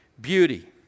beauty